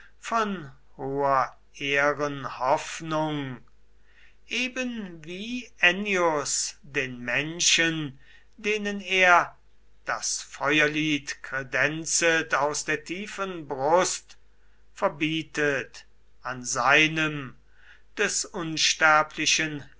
von hoher ehren hoffnung ebenwie ennius den menschen denen er das feuerlied kredenzet aus der tiefen brust verbietet an seinem des unsterblichen